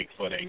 Bigfooting